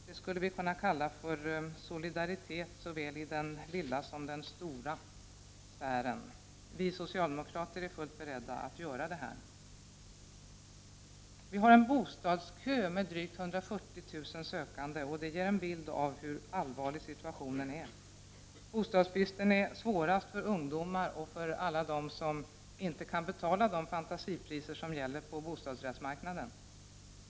Man skulle kunna kalla detta för solidaritet i såväl den lilla som den stora sfären. Vi socialdemokrater är fullt beredda att utforma en sådan politik. Vi har en bostadskö med drygt 140000 sökande, och det ger en bild av hur allvarlig situationen är. Bostadsbristen är svårast för ungdomar och för alla dem som inte kan betala de fantasipriser som gäller på bostadsrättsmarknaden.